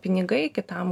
pinigai kitam